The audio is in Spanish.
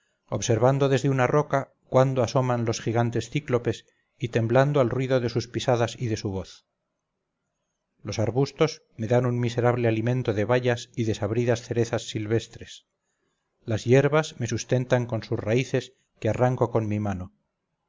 observando desde una roca cuándo asoman los gigantes cíclopes y temblando al ruido de sus pisadas y de su voz los arbustos me dan un miserable alimento de bayas y desabridas cerezas silvestres las hierbas me sustentan con sus raíces que arranco con mi mano